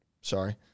Sorry